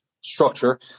structure